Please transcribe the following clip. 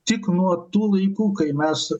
tik nuo tų laikų kai mes